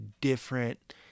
different